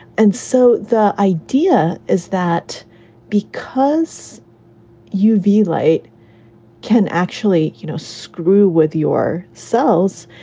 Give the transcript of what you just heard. and so the idea is that because you view light can actually, you know, screw with your cells,